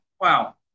wow